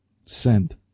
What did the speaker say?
Send